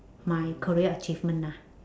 my career achievement lah